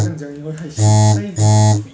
你不要这样讲 you know 会害羞 train my